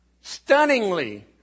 stunningly